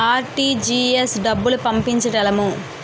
RTGS డబ్బులు పంపించగలము?